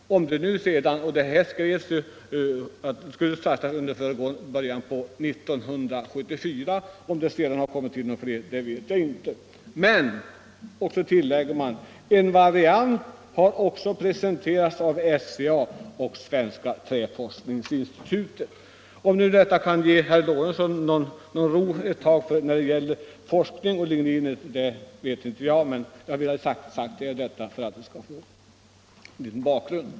Om det senare har kommit till flera anläggningar vet jag inte. Och det tilläggs i den artikel som jag bygger på att en variant har presenterats av SCA och Svenska träforskningsinstitutet. Om nu detta kan ge herr Lorentzon någon ro ett tag när det gäller forskning om ligninet vet jag inte, men jag har velat säga det som en liten bakgrund.